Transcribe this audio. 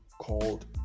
called